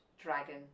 dragon